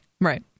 Right